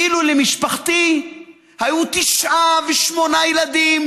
אילו למשפחתי היו תשעה ושמונה ילדים,